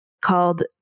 Called